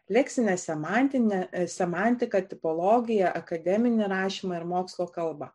leksinę semantinę semantiką tipologiją akademinį rašymą ir mokslo kalbą